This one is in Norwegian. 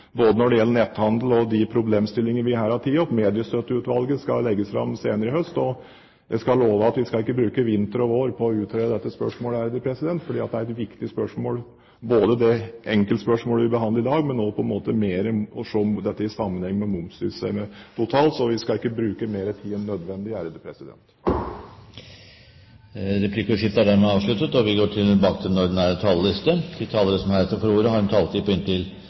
både når det gjelder netthandel og de problemstillinger vi her har tatt opp, og Mediestøtteutvalget skal legge sitt fram senere i høst. Jeg lover at vi ikke skal bruke vinter og vår på å utrede dette spørsmålet. Det er et viktig spørsmål – både det enkeltspørsmålet vi behandler i dag, og også det å se det i sammenheng med momssystemet totalt. Så vi skal ikke bruke mer tid enn nødvendig. Replikkordskiftet er dermed avsluttet. De talere som heretter får ordet, har en taletid på inntil